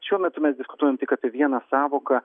šiuo metu mes diskutuojam tik apie vieną sąvoką